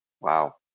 Wow